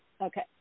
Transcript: Okay